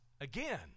again